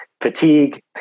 fatigue